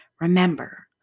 Remember